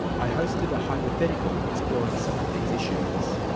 i hosted a hypothetical exploring some of these issues.